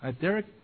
Derek